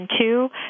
two